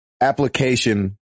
application